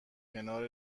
کنار